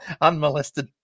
unmolested